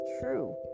true